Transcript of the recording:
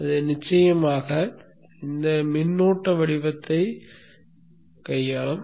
அது நிச்சயமாக இந்த மின்னோட்ட வடிவத்தைக் கையாளும்